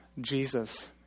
Jesus